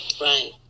Right